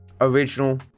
original